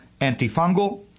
antifungal